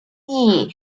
争议